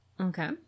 okay